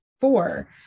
four